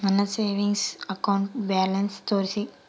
ನನ್ನ savings account balance ತೋರಿಸಿ?